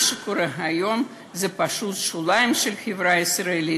מה שקורה היום בשוליים של החברה הישראלית,